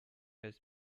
his